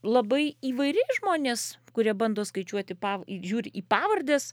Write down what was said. labai įvairiai žmonės kurie bando skaičiuoti pav žiūri į pavardes